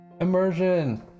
Immersion